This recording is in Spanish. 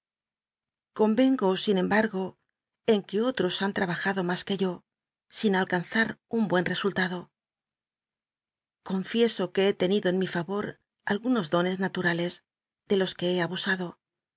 conl'engo sin embargo en que otros han llabajado mas que yo sin alcanzar un buen resultado conneso que he tenido en mi favor algunos dones nalurales de los que be abusado